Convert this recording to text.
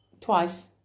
Twice